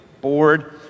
board